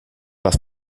was